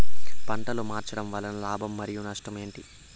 పంటలు మార్చడం వలన లాభం మరియు నష్టం ఏంటి